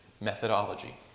methodology